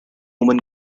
roman